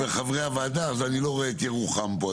אז אני לא רואה את ירוחם פה,